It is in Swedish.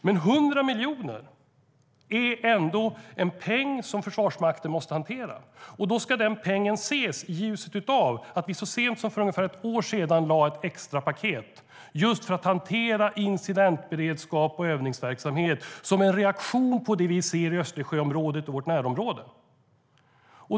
Men 100 miljoner är trots allt en peng som Försvarsmakten måste hantera, och den pengen ska ses i ljuset av att vi så sent som för ungefär ett år sedan lade fram ett extra paket just för att kunna hantera incidentberedskapen och övningsverksamheten, som en reaktion på det vi ser i Östersjöområdet och i vårt närområde.